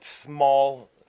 small